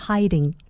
Hiding